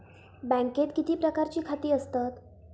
बँकेत किती प्रकारची खाती असतत?